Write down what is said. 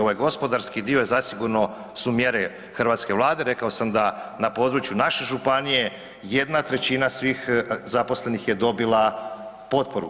Ovaj gospodarski dio je zasigurno su mjere hrvatske Vlade, rekao sam da na području naše županije, 1/3 svih zaposlenih je dobila potporu.